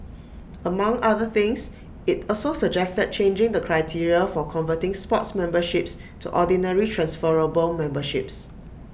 among other things IT also suggested changing the criteria for converting sports memberships to ordinary transferable memberships